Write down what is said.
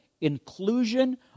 inclusion